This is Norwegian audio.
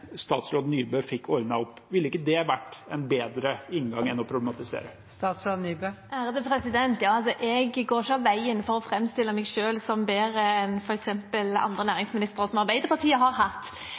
statsråd Nybø fikk ordnet opp. Ville ikke det vært en bedre inngang enn å problematisere? Ja, jeg går ikke av veien for å framstille meg selv som bedre enn f.eks. andre